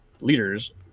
leaders